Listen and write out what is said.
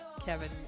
Kevin